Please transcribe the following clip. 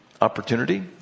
opportunity